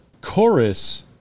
Chorus